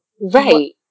Right